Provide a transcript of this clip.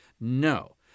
no